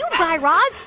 guy raz.